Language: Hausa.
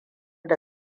da